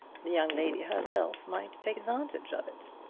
the young lady herself might take advantage of it.